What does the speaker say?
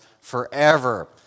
forever